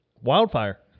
Wildfire